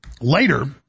Later